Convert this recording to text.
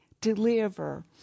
deliver